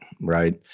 right